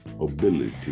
ability